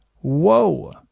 Whoa